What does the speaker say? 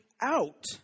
out